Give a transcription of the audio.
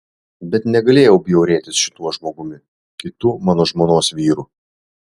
bet negalėjau bjaurėtis šituo žmogumi kitu mano žmonos vyru